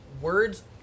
words